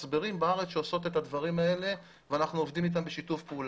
מצברים בארץ שעושות את הדברים האלה ואנחנו עובדים אתן בשיתוף פעולה.